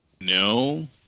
No